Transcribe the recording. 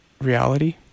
reality